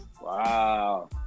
wow